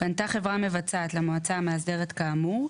פנתה חברה מבצעת למועצה המאסדרת כאמור,